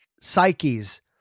psyches